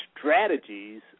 strategies